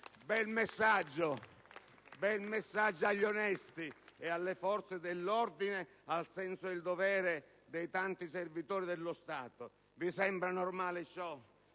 Giaretta).* Bel messaggio agli onesti e alle forze dell'ordine, al senso del dovere dei tanti servitori dello Stato! Vi sembra normale ciò?